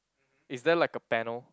is there like a panel